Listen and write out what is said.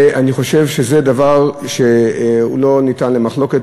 ואני חושב שזה דבר שלא נתון למחלוקת,